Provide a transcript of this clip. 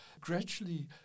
gradually